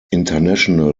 international